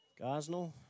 Gosnell